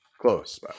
Close